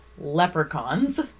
Leprechauns